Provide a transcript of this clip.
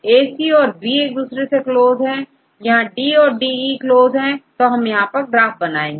AC औरB close है यहां D और DE क्लोज है तो यहां हम ग्राफ़ बनाते हैं